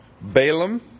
Balaam